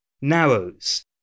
narrows